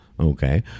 okay